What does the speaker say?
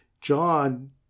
John